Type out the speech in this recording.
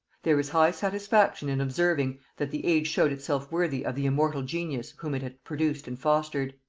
there is high satisfaction in observing, that the age showed itself worthy of the immortal genius whom it had produced and fostered.